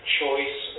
choice